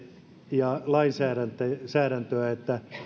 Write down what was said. ja lainsäädäntöä ja lainsäädäntöä että